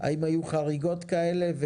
האם היו חריגות כאלה,